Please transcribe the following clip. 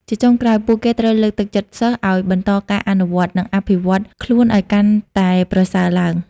ជាចុងក្រោយ ពួកគេត្រូវ លើកទឹកចិត្តសិស្ស ឱ្យបន្តការអនុវត្ត និងអភិវឌ្ឍខ្លួនឱ្យកាន់តែប្រសើរឡើង។